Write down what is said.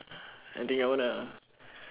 I think I wanna